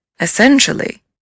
essentially